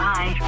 Bye